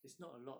it's not a lot